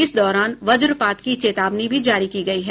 इस दौरान वज्रपात की चेतावनी भी जारी की गयी है